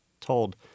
told